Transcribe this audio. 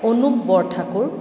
Anup Borthakur